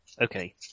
Okay